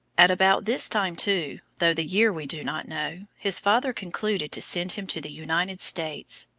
at about this time, too, though the year we do not know, his father concluded to send him to the united states,